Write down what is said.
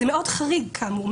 זה מאוד חריג, כאמור.